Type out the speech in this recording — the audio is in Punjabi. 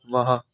ਵਾਹ